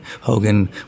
Hogan